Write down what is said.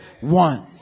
one